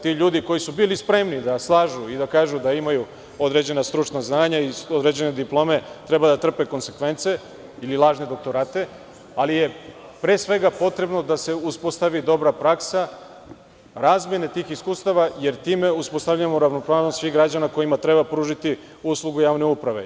Ti ljudi koji su bili spremni da slažu i da kažu da imaju određeno stručno znanje i određene diplome, treba da trpe konsekvence ili lažne doktorate, ali je pre svega potrebno da se uspostavi dobra praksa, razmene tih iskustava, jer time uspostavljamo ravnopravnost svih građana kojima treba pružiti uslugu javne uprave.